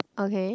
okay